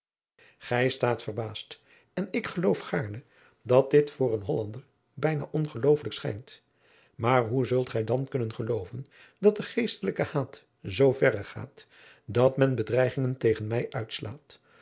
gij staat verbaasd en ik geloof gaarne dat dit voor een hollander bijna ongeloofelijk schijnt maar hoe zult gij dan kunnen geadriaan loosjes pzn het leven van maurits lijnslager looven dat de geestelijke haat zoo verre gaat dat men bedreigingen tegen mij uitslaat